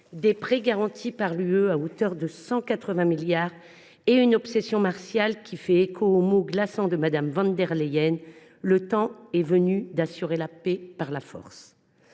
des prêts garantis par l’Union européenne à hauteur de 180 milliards d’euros et une obsession martiale qui fait écho aux mots glaçants de Mme von der Leyen :« Le temps est venu d’assurer la paix par la force.